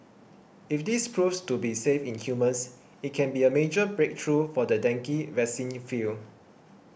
if this proves to be safe in humans it can be a major breakthrough for the dengue vaccine field